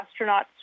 astronauts